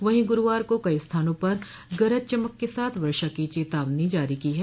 वहीं गुरूवार को कई स्थानों पर गरज चमक के साथ वर्षा की चेतावनी जारी की है